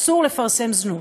אסור לפרסם זנות.